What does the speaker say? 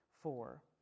four